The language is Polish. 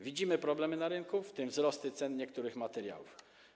Widzimy problemy na rynku, w tym wzrosty cen niektórych materiałów.